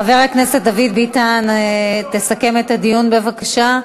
חבר הכנסת דוד ביטן, תסכם את הדיון, בבקשה.